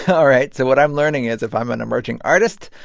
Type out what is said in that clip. all right. so what i'm learning is if i'm an emerging artist,